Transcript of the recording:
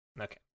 Okay